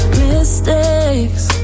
mistakes